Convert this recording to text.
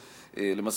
למעשה,